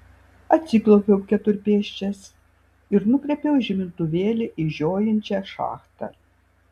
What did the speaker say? atsiklaupiau keturpėsčias ir nukreipiau žibintuvėlį į žiojinčią šachtą